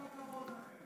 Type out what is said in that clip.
כל הכבוד לכם.